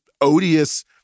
odious